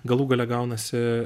galų gale gaunasi